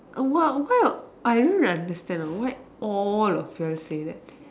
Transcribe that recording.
oh why what I don't really understand why all of you all say that